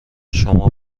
شما